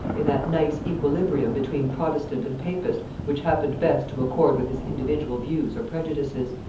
in that nice equilibrium between protestant and papist which happened best to accord with his individual views or prejudices.